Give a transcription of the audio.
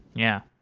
yeah.